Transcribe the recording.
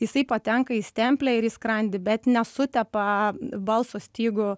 jisai patenka į stemplę ir į skrandį bet nesutepa balso stygų